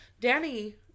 Danny